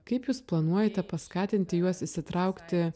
kaip jūs planuojate paskatinti juos įsitraukti